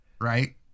right